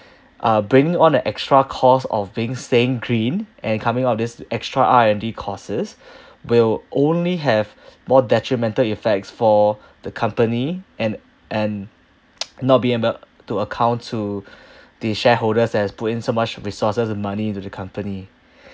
uh bringing on an extra cost of being staying green and coming out this extra R_N_D costs will only have more detrimental effects for the company and and not being able to account to the shareholders as put in so much resources and money into the company